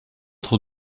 trop